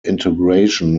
integration